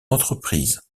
entreprise